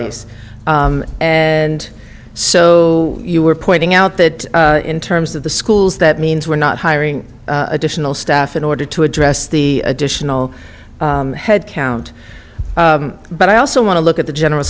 of us and so you were pointing out that in terms of the schools that means we're not hiring additional staff in order to address the additional headcount but i also want to look at the general